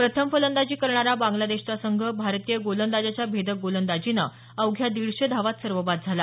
प्रथम फलंदाजी करणारा बांग्लादेशचा संघ भारतीय गोलंदाजांच्या भेदक गोलंदाजीनं अवघ्या दीडशे धावात सर्वबाद झाला